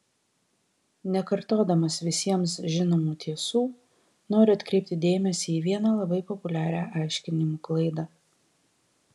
nekartodamas visiems žinomų tiesų noriu atkreipti dėmesį į vieną labai populiarią aiškinimų klaidą